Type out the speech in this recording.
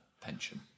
pension